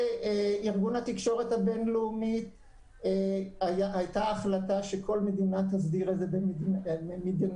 בארגון התקשורת הבינלאומי הייתה החלטה שכל מדינה תסדיר את זה במדינתה.